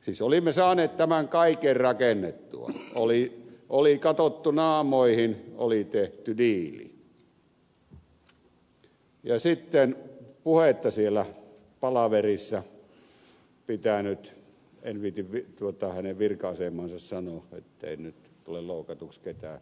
siis olimme saaneet tämän kaiken rakennettua oli katsottu naamoihin oli tehty diili ja sitten puhetta siellä palaverissa pitänyt en viitsi hänen virka asemaansa sanoa ettei nyt tule loukatuksi ketään